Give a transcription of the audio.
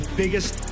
biggest